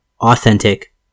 authentic